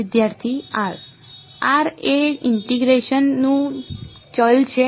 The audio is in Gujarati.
વિદ્યાર્થી R r એ ઇન્ટીગ્રેશન નું ચલ છે